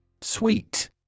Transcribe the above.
Sweet